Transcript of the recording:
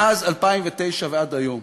מאז 2009 ועד היום